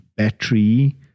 battery